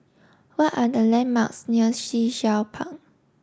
what are the landmarks near Sea Shell Park